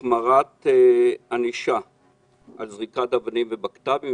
דבר שלישי, החמרת ענישה על זריקת אבנים ובקת"בים.